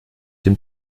dem